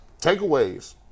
Takeaways